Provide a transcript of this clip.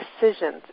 decisions